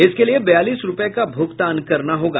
इसके लिये बयालीस रूपये का भुगतान करना होगा